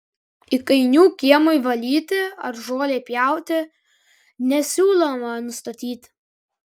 įkainių kiemui valyti ar žolei pjauti nesiūloma nustatyti